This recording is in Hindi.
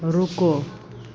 रुको